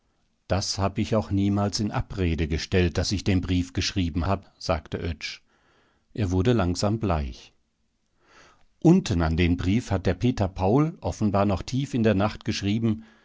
das hab ich auch niemals in abrede gestellt daß ich den brief geschrieben hab sagte oetsch er wurde langsam bleich unten an den brief hat der peter paul offenbar noch tief in der nacht geschrieben